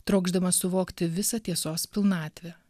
trokšdamas suvokti visą tiesos pilnatvę